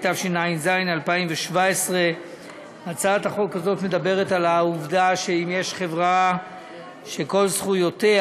התשע"ז 2017. הצעת החוק הזאת מדברת על כך שאם יש חברה שכל זכויותיה